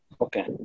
Okay